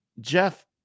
Jeff